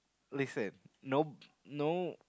listen no no